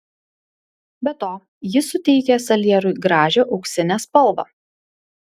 be to ji suteikia salierui gražią auksinę spalvą